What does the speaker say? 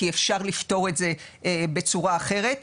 כי אפשר לפתור את זה בצורה אחרת.